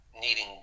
needing